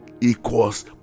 equals